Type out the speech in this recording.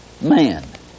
man